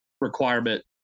requirement